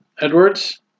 Edwards